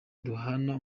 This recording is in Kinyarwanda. duhana